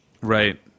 Right